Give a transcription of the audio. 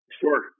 Sure